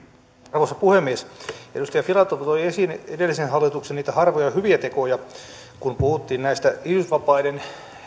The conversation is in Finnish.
arvoisa puhemies edustaja filatov toi esiin edellisen hallituksen niitä harvoja hyviä tekoja kun puhuttiin isyysvapaiden